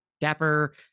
dapper